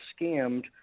scammed